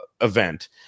event